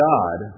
God